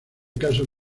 casos